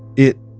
it,